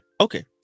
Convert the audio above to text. Okay